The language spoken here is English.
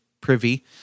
privy